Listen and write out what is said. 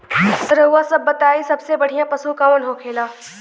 रउआ सभ बताई सबसे बढ़ियां पशु कवन होखेला?